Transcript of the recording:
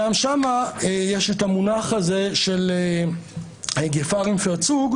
גם שם יש את המונח הזה של סכנה קרובה,